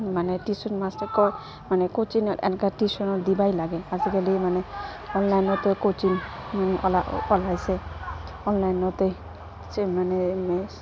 মানে tuition master কয় মানে ক'চিঙত এনকা টিউশ্যনত দিবাই লাগে আজিকালি মানে অনলাইনতে ক'চিং মানে ওলাইছে অনলাইনতে যে মানে